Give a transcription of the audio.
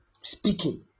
speaking